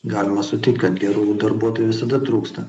galima sutikt kad gerų darbuotojų visada trūksta